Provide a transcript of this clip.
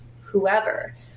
whoever